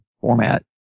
format